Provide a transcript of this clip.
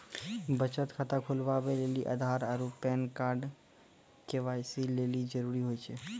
बचत खाता खोलबाबै लेली आधार आरू पैन कार्ड के.वाइ.सी लेली जरूरी होय छै